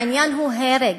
העניין הוא הרג.